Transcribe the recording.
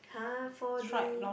!huh! four D